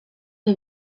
que